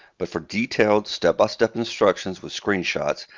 but for detailed step-by-step instructions with screenshots,